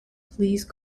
please